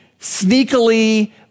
sneakily